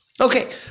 Okay